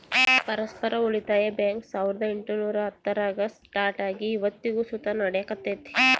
ಪರಸ್ಪರ ಉಳಿತಾಯ ಬ್ಯಾಂಕ್ ಸಾವುರ್ದ ಎಂಟುನೂರ ಹತ್ತರಾಗ ಸ್ಟಾರ್ಟ್ ಆಗಿ ಇವತ್ತಿಗೂ ಸುತ ನಡೆಕತ್ತೆತೆ